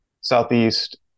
Southeast